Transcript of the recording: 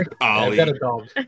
Ollie